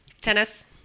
tennis